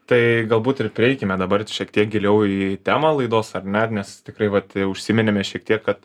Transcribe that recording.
tai galbūt ir prieikime dabar šiek tiek giliau į temą laidos ar ne nes tikrai vat jau užsiminėme šiek tiek kad